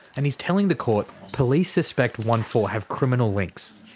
and he's telling the court police suspect onefour have criminal links.